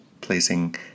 placing